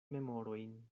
memorojn